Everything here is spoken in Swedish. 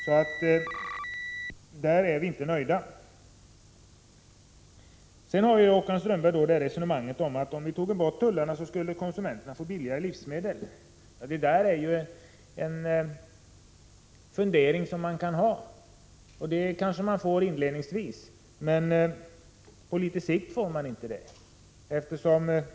På den punkten är vi alltså inte nöjda. Håkan Strömberg förde vidare resonemanget att om vi tog bort tullarna skulle konsumenterna få billigare livsmedel. Det är en fundering som man kan föra fram, och inledningsvis blir effekten kanske också denna, men på litet sikt blir det inte så.